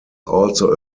also